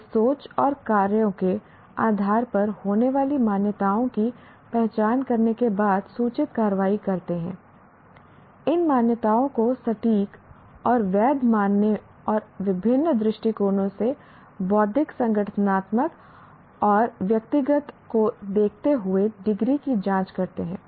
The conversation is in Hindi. वे सोच और कार्यों के आधार पर होने वाली मान्यताओं की पहचान करने के बाद सूचित कार्रवाई करते हैं इन मान्यताओं को सटीक और वैध मानने और विभिन्न दृष्टिकोणों से बौद्धिक संगठनात्मक और व्यक्तिगत को देखते हुए डिग्री की जाँच करते हैं